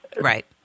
Right